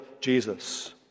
Jesus